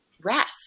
rest